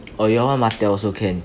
or you all want Martell also can